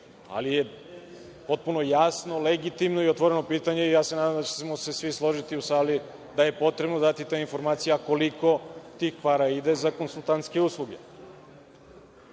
ali je potpuno jasno, legitimno i otvoreno pitanje, nadam se da ćemo se svi složiti u sali, da je potrebno dati te informacije, koliko tih para ide za konsultantske usluge